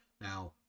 Now